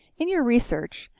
in your research,